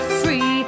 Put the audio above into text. free